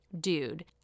dude